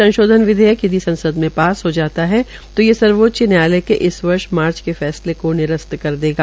संशोधन विधेयक यदि संसद में पास हो जाता है तो ये सर्वोच्च न्यायालय के इस वर्ष मार्च के फैसले को निरस्त कर देगा